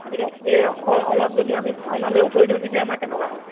গতিকে সেই অংশ অলপ যদি আমি ভাওনালৈয়ো থৈ দিওঁ তেতিয়া আমাৰ কেনেকুৱা হয়